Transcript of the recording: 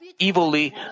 evilly